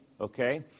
okay